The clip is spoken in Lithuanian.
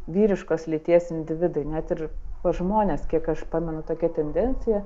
vyriškos lyties individai net ir pas žmones kiek aš pamenu tokia tendencija